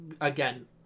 Again